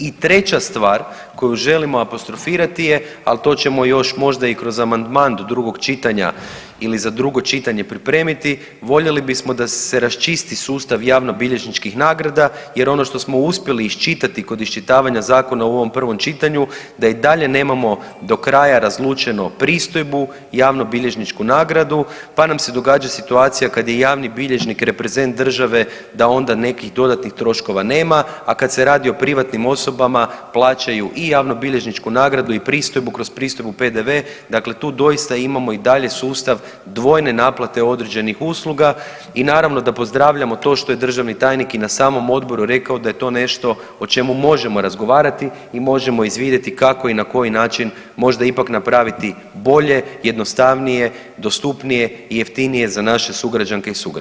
I treća stvar koju želimo apostrofirati je, ali to ćemo još možda i kroz amandman do drugog čitanja ili za drugo čitanje pripremiti, voljeli bismo da se raščisti sustav javnobilježničkih nagrada jer ono što smo uspjeli iščitati kod iščitavanja zakona u ovom prvom čitanju da i dalje nemamo do kraja razlučenu pristojbu javnobilježničku nagradu, pa nam se događa situacija kad je javni bilježnik reprezent države da onda nekih dodatnih troškova nema, a kad se radi o privatnim osobama plaćaju i javnobilježničku nagradu i pristojbu, kroz pristojbu PDV, dakle tu doista imamo i dalje sustav dvojne naplate određenih usluga i naravno da pozdravljamo to što je državni tajnik i na samom odboru rekao da je to nešto o čemu možemo razgovarati i možemo izvidjeti kako i na koji način možda ipak napraviti bolje, jednostavnije, dostupnije i jeftinije za naše sugrađanke i sugrađane.